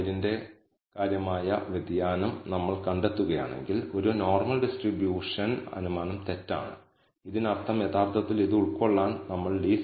SST SSE ആയ slope parameter ഉൾപ്പെടുത്തി കുറയ്ക്കുന്നത് പ്രാധാന്യമുള്ളതാണെങ്കിൽ ഈ അധിക പാരാമീറ്റർ ഉൾപ്പെടുത്തുന്നത് മൂല്യവത്താണെന്ന് നമ്മൾ നിഗമനം ചെയ്യുന്നു അല്ലാത്തപക്ഷം ഇല്ലെന്ന് അക്ഷരാർത്ഥത്തിൽ അവബോധപൂർവ്വം നമുക്ക് പറയാൻ കഴിയും